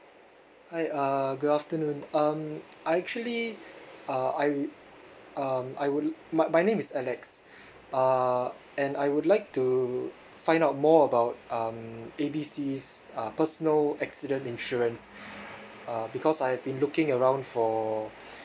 hi uh good afternoon um I actually uh I um I would my my name is alex uh and I would like to find out more about um A B C's uh personal accident insurance uh because I've been looking around for